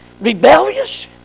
rebellious